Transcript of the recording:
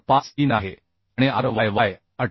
53 आहे आणि ryy 28